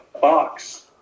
box